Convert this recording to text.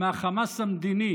מהחמאס המדיני